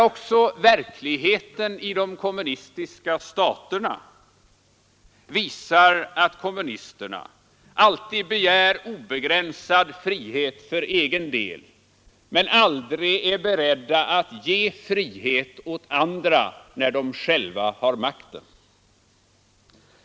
Också verkligheten i de kommunistiska staterna visar, att kommunisterna alltid begär obegränsad frihet för egen del men aldrig är beredda att ge frihet åt andra när de själva tar makten.